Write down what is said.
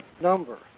number